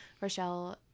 Rochelle